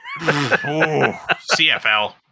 cfl